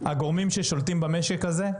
הגורמים ששולטים במשק הזה,